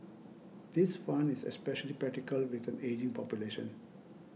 this fund is especially practical with an ageing population